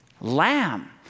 lamb